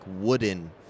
wooden